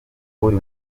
uri